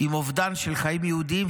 עם אובדן של חיים יהודיים,